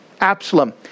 Absalom